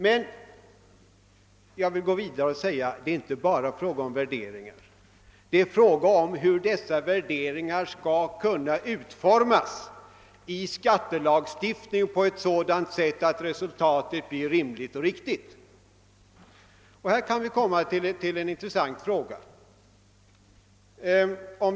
Men jag vill gå vidare och säga att det är inte bara fråga om värderingar. Det är fråga om hur dessa värderingar skall kunna komma till uttryck i skattelagstiftningen på ett sådant sätt att resultatet blir rimligt och riktigt. Och här uppkommer en intressant fråga.